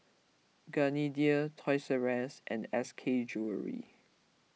Gardenia Toys R U S and S K jewellery